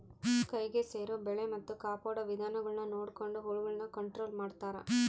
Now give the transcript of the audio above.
ಕೈಗೆ ಸೇರೊ ಬೆಳೆ ಮತ್ತೆ ಕಾಪಾಡೊ ವಿಧಾನಗುಳ್ನ ನೊಡಕೊಂಡು ಹುಳಗುಳ್ನ ಕಂಟ್ರೊಲು ಮಾಡ್ತಾರಾ